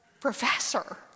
professor